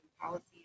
policies